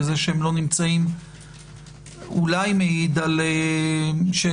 זה שהם לא נמצאים אולי מעיד על שאלת